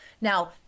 Now